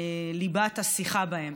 בליבת השיח בהם.